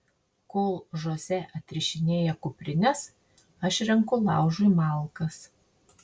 kol žoze atrišinėja kuprines aš renku laužui malkas